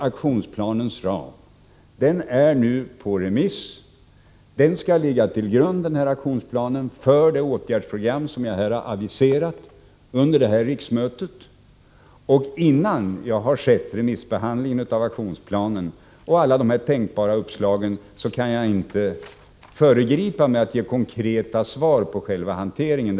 Aktionsplanen, som nu är på remiss, skall ligga till grund för det åtgärdsprogram som jag har aviserat under detta riksmöte. Innan jag har sett remissyttrandena över aktionsplanen och alla där tänkbara uppslag kan jag inte ge konkreta svar när det gäller själva hanteringen.